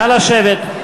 נא לשבת.